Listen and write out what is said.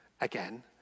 again